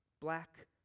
black